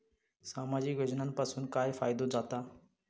सामाजिक योजनांपासून काय फायदो जाता?